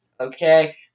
okay